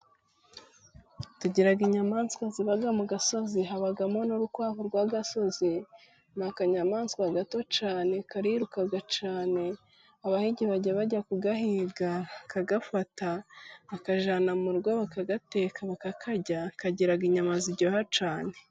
Tugira inyamaswa ziba mu gasozi. Habamo n'urukwavu, rw'agasozi. Ni akanyamaswa gato cyane kariruka cyane. Abahigi bajya bajya kugahiga, bakagafata, bakajyana mu rugo, bakagateka, bakakarya. Kagira inyama ziryoha cyane.